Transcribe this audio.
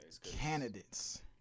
candidates